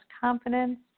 confidence